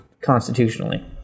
constitutionally